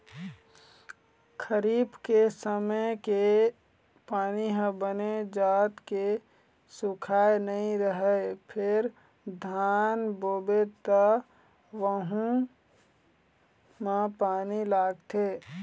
खरीफ के समे के पानी ह बने जात के सुखाए नइ रहय फेर धान बोबे त वहूँ म पानी लागथे